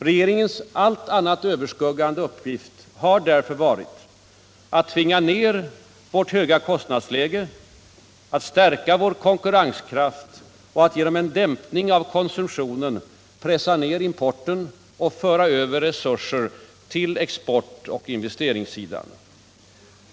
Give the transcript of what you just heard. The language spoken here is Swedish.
Regeringens allt annat överskuggande uppgift har därför varit att tvinga ned vårt höga kostnadsläge, att stärka vår konkurrenskraft och att genom en dämpning av konsumtionen pressa ned importen och föra över resurser till exportoch investeringssidan.